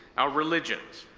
our religions,